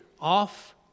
off